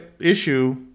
issue